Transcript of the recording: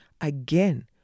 Again